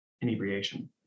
inebriation